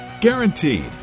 Guaranteed